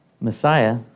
Messiah